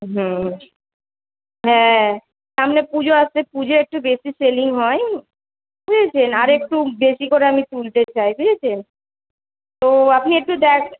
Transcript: হুম হ্যাঁ সামনে পুজো আসছে পুজোয় একটু বেশি সেলিং হয় বুঝেছেন আরেকটু বেশি করে আমি তুলতে চাই বুঝেছেন তো আপনি একটু দ্যাখ